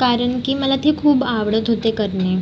कारण की मला ते खूप आवडत होते करणे